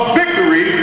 victory